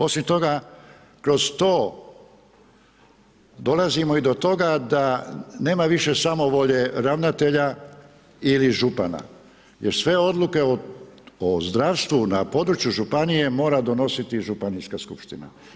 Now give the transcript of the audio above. Osim toga, kroz to dolazimo i do toga da nema više samovolje ravnatelja ili župana jer sve odluke o zdravstvu na području županije mora donositi županijska skupština.